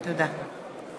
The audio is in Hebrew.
חברי הכנסת,